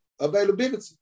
availability